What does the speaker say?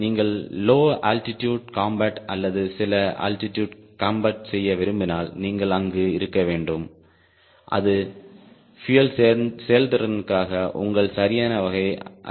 நீங்கள் low altitude combat அல்லது சில அலட்டிடுட் காம்பேட் செய்ய விரும்பினால் நீங்கள் அங்கு இருக்க வேண்டும் அது பியூயல் செயல்திறனுக்கான உங்கள் சரியான வகை அல்ல